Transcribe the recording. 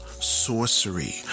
sorcery